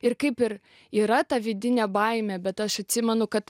ir kaip ir yra ta vidinė baimė bet aš atsimenu kad